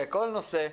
בכל נושא,